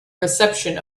reception